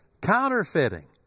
counterfeiting